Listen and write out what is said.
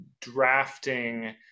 drafting